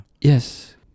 Yes